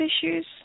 issues